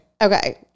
Okay